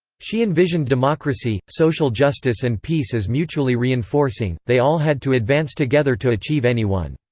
she envisioned democracy, social justice and peace as mutually reinforcing they all had to advance together to achieve any one.